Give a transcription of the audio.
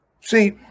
See